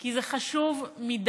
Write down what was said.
כי זה חשוב מדי.